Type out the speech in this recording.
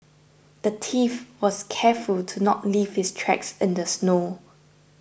the thief was careful to not leave his tracks in the snow